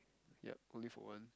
yup only for one